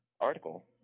article